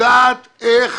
יודעת איך